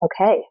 Okay